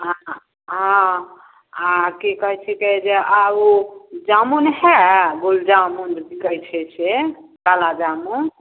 आओर आओर हँ आओर कि कहै छिकै जे ओ जामुन हइ गुलजामुन कहै छिए से काला जामुन